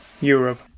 Europe